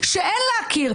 אני רוצה להבין את הנושא.